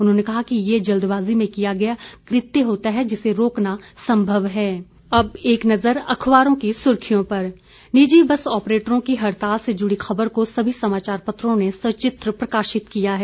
उन्होंने कहा कि ये जल्दबाजी में किया गया कृत्य होता है जिसे रोकना संभव है अब एक नजर अखबारों की सुर्खियों पर निजी बस आप्रेटरों की हड़ताल से जुड़ी खबर को सभी समाचार पत्रों ने सचित्र प्रकाशित किया है